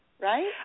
right